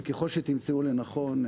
וככל שתמצאו לנכון,